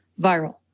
viral